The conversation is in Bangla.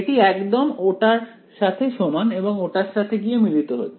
এটি একদম ওটার সাথে সমান এবং ওটার সাথে গিয়ে মিলিত হচ্ছে